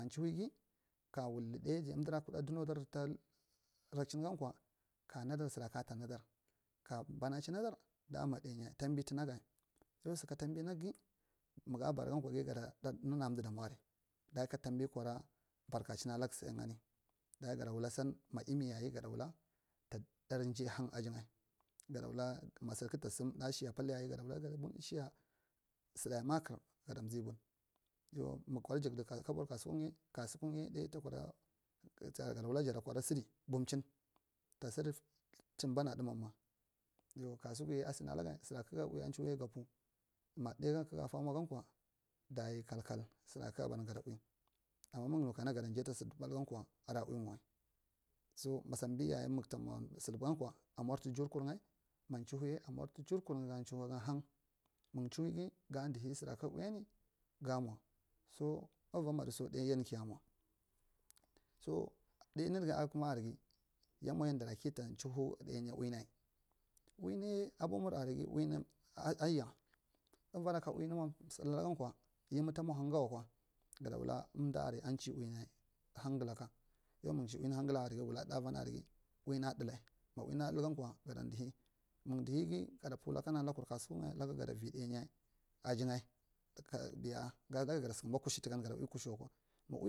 Ka chinoega ka wuldi dai ja umdira kuɗa aumwadar ta ta rakchingakwa ka a nadir sura kedta nadir ka banachis dar dama ɗanyi tambi tunaga yau so ka tambi nakga mwagabaraga kwa nan a umdi aamu aria ɗaiyi ki tambi ɗkwaɗa barkachi a laga sed anya ɗo ya gadawula seeg ma tu emmi yaya yaya gadawula ta darge aji nga gawula ma sora kata samd ɗai shaya pal yayai shaye saɗa makar gade zee bun yau mung kwada jade kabur kusu kunya dai takuɗa gawula jada kwaɗa sedi bumchir ta sedi chmba na numamma yau kehokuyai asunakgd sore kedgd yi a chihoeya ka pur ma ɗaigan kakga fa mwa gen kwa dau kalkal sora kedag baragau gada ui ama mung nu kana gada jata so pal gankwa adi ui mowai so ma sam biyaya mung ta mug saɗa gamkw a mur tu sdar nga ma chihocya a mur to jirku ngi ga chihoe hagig mung chihoeja ga duhi sora kdk uiyani gamwa so ura madiso ɗai yan kiya mwa so nunuga akma araige yam we yandara ki ta chihoe ui umal a ya uuira ka uine mung uthada lagakwa emila mung gada wula umdi arg a chise unina emilaka yau muncci harg gawala hagalaka yau munche un gale yau wula dai avine arrge wunou lthale ma uni lthagakwa sada tuhi mung dihigd gada pur lakan a lakur kusuku nga laka gara ajima titi biy ga sukumba kushe tuka ga ui kushiwakwa.